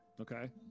Okay